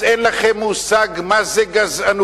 אז אין לכם מושג מה זה גזענות.